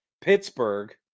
Pittsburgh